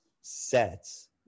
sets